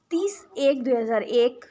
तिस एक दुई हजार एक